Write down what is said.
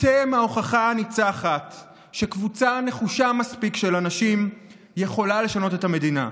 אתם ההוכחה הניצחת שקבוצה נחושה מספיק של אנשים יכולה לשנות את המדינה,